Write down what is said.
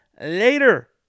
later